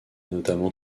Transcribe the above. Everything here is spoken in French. notamment